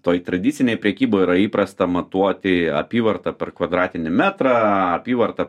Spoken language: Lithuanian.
toj tradicinėj prekyboj yra įprasta matuoti apyvartą per kvadratinį metrą apyvartą